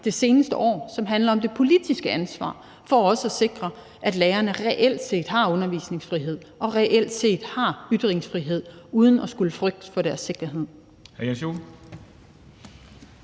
det seneste år, og som handler om det politiske ansvar for også at sikre, at lærerne reelt set har undervisningsfrihed og ytringsfrihed uden at skulle frygte for deres sikkerhed.